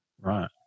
Right